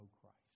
Christ